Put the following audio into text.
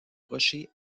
rochers